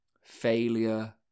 failure